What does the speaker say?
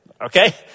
Okay